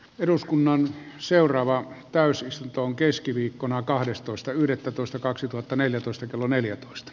eduskunnan seuraavaan täysistuntoon keskiviikkona kahdestoista yhdettätoista kaksituhattaneljätoista kello neljätoista